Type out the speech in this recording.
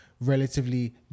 relatively